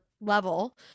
level